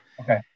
Okay